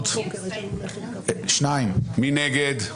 מי נגד?